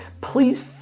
please